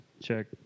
Check